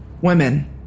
Women